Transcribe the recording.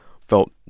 felt